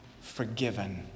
forgiven